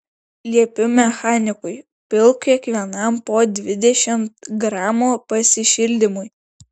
liepiu mechanikui pilk kiekvienam po dvidešimt gramų pasišildymui